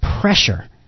pressure